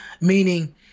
meaning